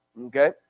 okay